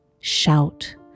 shout